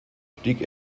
stieg